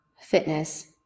fitness